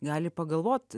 gali pagalvot